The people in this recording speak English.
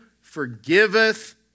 forgiveth